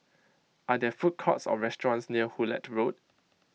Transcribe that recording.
are there food courts or restaurants near Hullet Road